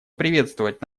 приветствовать